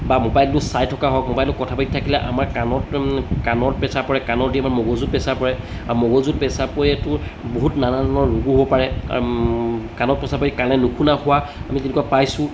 বা মোবাইলটো চাই থকা হওক মোবাইলটো কথা পাতি থাকিলে আমাৰ কাণত কাণত প্ৰেছাৰ পৰে কাণৰ দি আমাৰ মগজুৰ প্ৰেছাৰ পৰে আৰু মগজুৰ প্ৰেচাৰ পৰিলেতো বহুত নানান ধৰণৰ ৰোগো হ'ব পাৰে কাণত প্ৰেছাৰ পৰি কাণে নুশুনা হোৱা আমি তেনেকুৱা পাইছোঁ